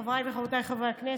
חבריי וחברותיי חברי הכנסת,